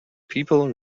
people